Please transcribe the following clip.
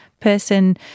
person